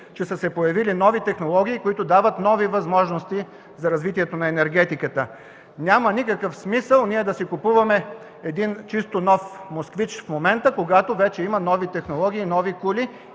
че са се появили нови технологии, които дават нови възможности за развитието на енергетиката. Няма никакъв смисъл ние да си купуваме един чисто нов „Москвич” в момента, когато вече има нови технологии, нови коли,